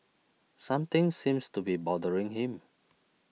something seems to be bothering him